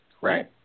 Right